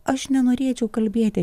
aš nenorėčiau kalbėti